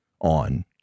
on